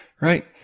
right